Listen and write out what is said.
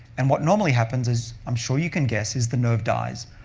and what normally happens is i'm sure you can guess is the nerve dies.